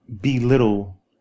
belittle